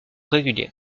régulier